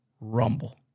Rumble